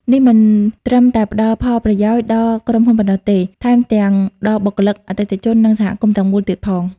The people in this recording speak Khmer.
នេះមិនត្រឹមតែផ្ដល់ផលប្រយោជន៍ដល់ក្រុមហ៊ុនប៉ុណ្ណោះទេ ថែមទាំងដល់បុគ្គលិក អតិថិជន និងសហគមន៍ទាំងមូលទៀតផង។